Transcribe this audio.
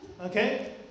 Okay